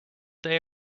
day